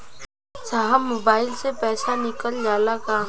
साहब मोबाइल से पैसा निकल जाला का?